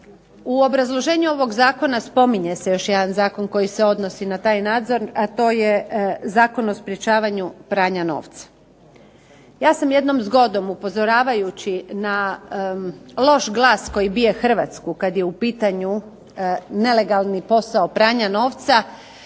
U obrazloženju ovog Zakona spominje se još jedan zakon koji se odnosi na taj nadzor a to je Zakon o sprečavanju pranja novca. Ja sam jednom zgodom upozoravajući na loš glas koji bije Hrvatsku kada je u pitanju nelegalni posao pranja novca